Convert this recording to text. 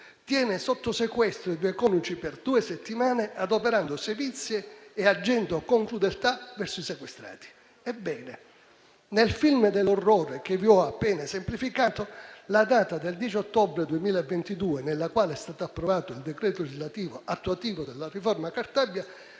tiene sotto sequestro i due coniugi per due settimane, adoperando sevizie e agendo con crudeltà verso i sequestrati. Ebbene, nel film dell'orrore che vi ho appena esemplificato, la data del 10 ottobre 2022, nella quale è stato approvato il decreto attuativo della riforma Cartabia,